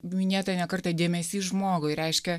minėtoj ne kartą dėmesys žmogui reiškia